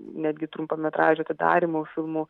netgi trumpametražių atidarymų filmų